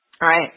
Right